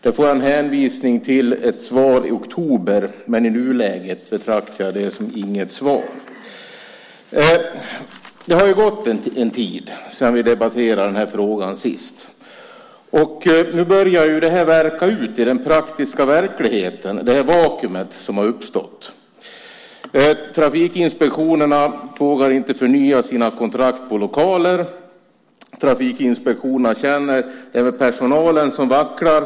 Då får jag en hänvisning till ett svar i oktober, men i nuläget betraktar jag inte det som något svar. Det har gått en tid sedan vi debatterade frågan sist. Nu börjar det här verka ute i den praktiska verkligheten. Det är ett vakuum som har uppstått. Trafikinspektionerna vågar inte förnya sina kontrakt på lokaler. De känner att personalen vacklar.